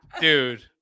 dude